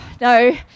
no